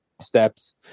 steps